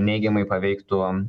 neigiamai paveiktų